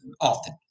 often